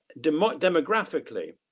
demographically